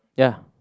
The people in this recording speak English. ya